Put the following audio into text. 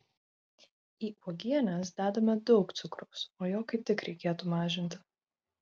į uogienes dedame daug cukraus o jo kaip tik reikėtų mažinti